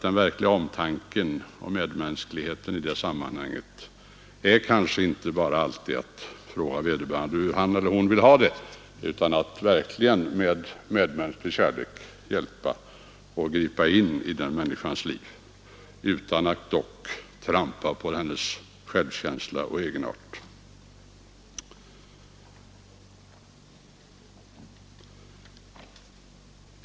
Den verkliga omtanken och medmänskligheten i sådana sammanhang är kanske inte bara att fråga hur han eller hon som det gäller vill ha det utan i stället att med medmänsklig kärlek gripa in i den människans liv, dock utan att trampa på hennes självkänsla och egenart.